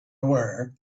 aware